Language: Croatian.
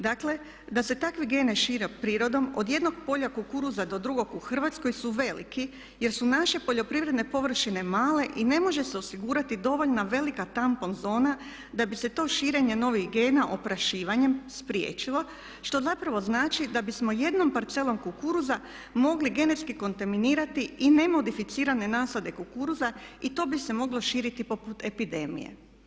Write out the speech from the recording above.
Dakle, da se takvi gene šire prirodom od jednog polja kukuruza do drugog u Hrvatskoj su veliki jer su naše poljoprivredne površine male i ne može se osigurati dovoljna velika tampon zona da bi se to širenje novih gena oprašivanjem spriječilo što zapravo znači da bismo jednom parcelom kukuruza mogli genetski kontaminirati i ne modificirane nasade kukuruza i to bi se moglo širiti poput epidemije.